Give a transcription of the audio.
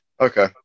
okay